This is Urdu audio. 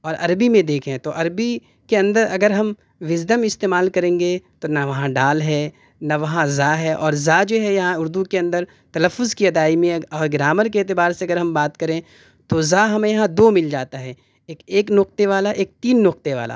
اور عربی میں دیکھیں تو عربی کے اندر اگر ہم وژڈم استعمال کریں گے تو نہ وہاں ڈال ہے نہ وہاں زا ہے اور زا جو ہے یہاں اردو کے اندر تلفظ کی ادائی میں اور گرامر کے اعتبار سے اگر ہم بات کریں تو زا ہمیں یہاں دو مل جاتا ہے ایک ایک نقطے والا ایک تین نقطے والا